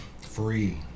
free